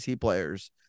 players